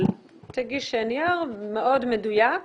אבל תגיש נייר מאוד מדויק,